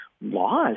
laws